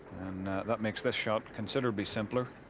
and that makes the shot considerably simpler.